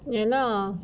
ya lah